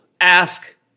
ask